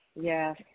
yes